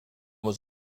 was